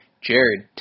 Jared